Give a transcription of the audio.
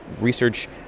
research